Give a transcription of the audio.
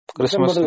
Christmas